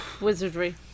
Wizardry